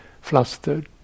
flustered